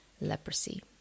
leprosy